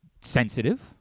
sensitive